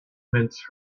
mince